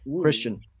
Christian